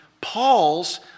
Paul's